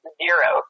zero